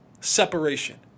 separation